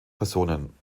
personen